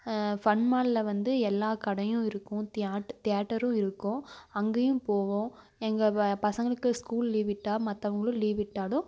fun மால்ல வந்து எல்லாம் கடையும் இருக்கும் திய தியேட்டரும் இருக்கும் அங்கேயும் போவோம் எங்கள் வ பசங்களுக்கு ஸ்கூல் லீவ்விட்டா மற்றவங்களும் லீவ்விட்டாலும்